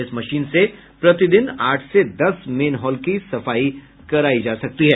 इस मशीन से प्रतिदिन आठ से दस मेनहॉल की सफाई करायी जा सकती है